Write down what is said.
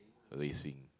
racing